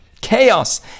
chaos